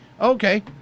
Okay